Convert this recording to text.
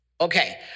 Okay